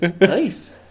Nice